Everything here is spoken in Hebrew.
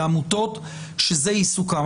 לעמותות שזה עיסוקן.